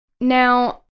Now